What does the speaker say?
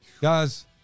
Guys